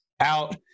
out